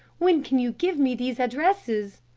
when can you give me these addresses?